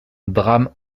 drame